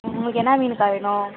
உங்களுக்கு என்ன மீனுக்கா வேணும்